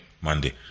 Monday